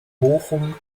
bochum